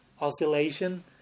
oscillation